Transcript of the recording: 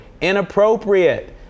inappropriate